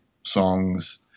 songs